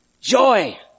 Joy